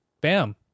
bam